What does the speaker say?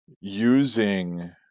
using